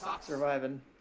Surviving